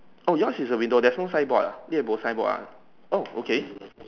oh yours is a window there is no signboard ya ni eh bo signboard ah oh okay